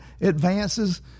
Advances